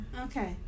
okay